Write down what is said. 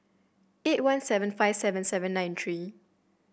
eight one seven five seven seven nine three